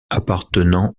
appartenant